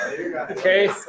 Okay